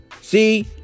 See